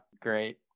great